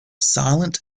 silent